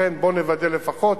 לכן בוא נוודא לפחות